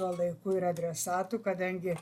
tuo laiku ir adresatu kadangi